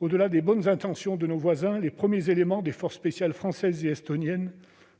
Au-delà des bonnes intentions de nos voisins, les premiers éléments des forces spéciales françaises et estoniennes